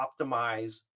optimize